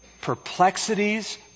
perplexities